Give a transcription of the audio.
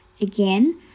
Again